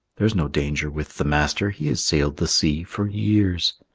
there's no danger with the master he has sailed the sea for years.